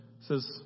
says